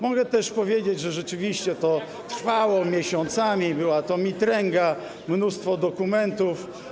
Mogę też powiedzieć, że rzeczywiście to trwało miesiącami, to była mitręga, mnóstwo dokumentów.